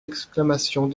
exclamations